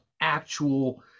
actual